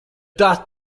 tad